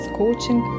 coaching